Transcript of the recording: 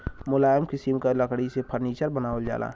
मुलायम किसिम क लकड़ी से फर्नीचर बनावल जाला